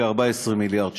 כ-14 מיליארד שקל.